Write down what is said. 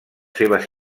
seves